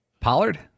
Pollard